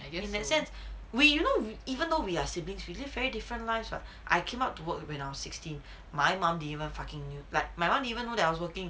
in that sense we you know even though we are siblings we live very different lives what I came out to work when I was sixteen my mom didn't fucking knew like my mom didn't even know that I was working